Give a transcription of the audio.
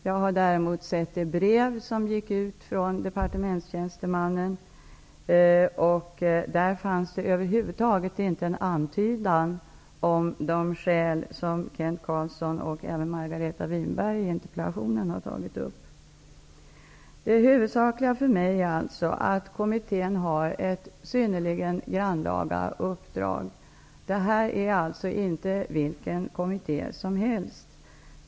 Jag har däremot sett brevet från en departementstjänsteman, och där fanns det över huvud taget inte en antydan om de skäl som Kent Winberg har tagit upp i interpellationen. Det huvudsakliga för mig är alltså att kommittén har ett synnerligen grannlaga uppdrag. Det är alltså inte vilken kommitté som helst.